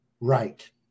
right